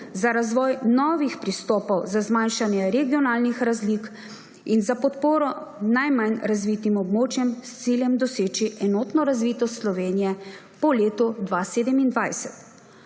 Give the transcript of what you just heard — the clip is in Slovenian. za razvoj novih pristopov za zmanjšanje regionalnih razlik in za podporo najmanj razvitim območjem, s ciljem doseči enotno razvitost Slovenije po letu 2027,